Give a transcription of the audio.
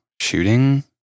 shooting